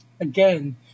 again